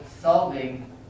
solving